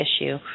issue